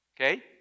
okay